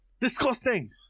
disgusting